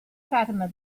fatima